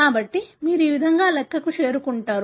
కాబట్టి మీరు ఈ విధంగా లెక్కకు చేరుకుంటారు